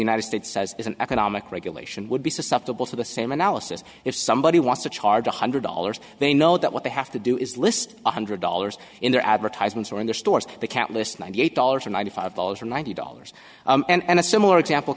united states says is an economic regulation would be susceptible to the same analysis if somebody wants to charge one hundred dollars they know that what they have to do is list one hundred dollars in their advertisements or in their stores the countless ninety eight dollars or ninety five dollars or ninety dollars and a similar example